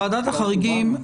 ועדת החריגים,